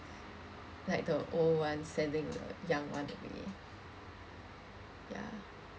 like the old one sending the young one away ya